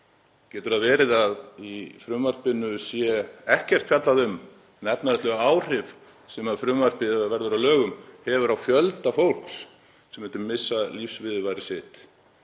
Getur það verið að í frumvarpinu sé ekkert fjallað um hin efnahagslegu áhrif sem frumvarpið, ef það verður að lögum, hefur á fjölda fólks sem myndi missa lífsviðurværi sitt,